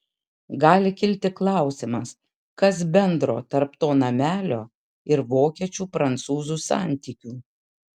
gali kilti klausimas kas bendro tarp to namelio ir vokiečių prancūzų santykių